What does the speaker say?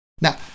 Now